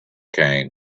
came